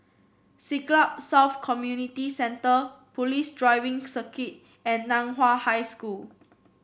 Siglap South Community Centre Police Driving Circuit and Nan Hua High School